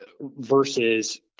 versus